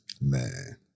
Man